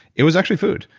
it was actually food.